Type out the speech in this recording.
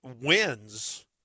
wins